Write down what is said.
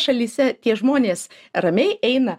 šalyse tie žmonės ramiai eina